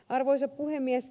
arvoisa puhemies